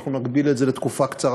אנחנו נגביל את זה לתקופה קצרה,